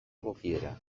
egokiera